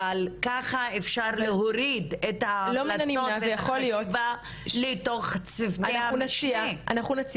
אבל ככה אפשר להוריד את ההמלצות לתוך צוותי המשנה.